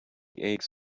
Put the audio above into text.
eggs